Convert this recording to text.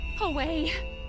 away